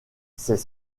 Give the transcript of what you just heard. ses